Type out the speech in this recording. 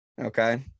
Okay